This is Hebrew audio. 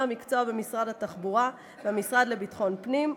המקצוע במשרד התחבורה ובמשרד לביטחון הפנים,